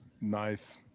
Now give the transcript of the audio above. Nice